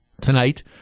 tonight